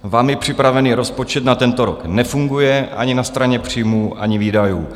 Vámi připravený rozpočet na tento rok nefunguje ani na straně příjmů, ani výdajů.